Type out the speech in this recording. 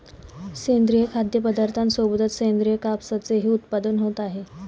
सेंद्रिय खाद्यपदार्थांसोबतच सेंद्रिय कापसाचेही उत्पादन होत आहे